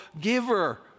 giver